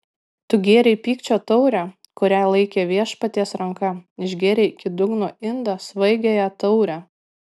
tu gėrei pykčio taurę kurią laikė viešpaties ranka išgėrei iki dugno indą svaigiąją taurę